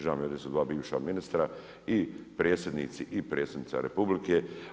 Žao mi je, ovdje su dva bivša ministra i predsjednici i predsjednica Republike.